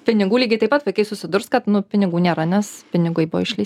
pinigų lygiai taip pat vaikai susidurs kad nu pinigų nėra nes pinigai buvo išleisti